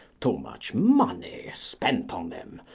too much money spent on them,